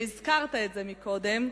והזכרת זאת קודם,